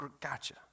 gotcha